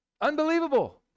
unbelievable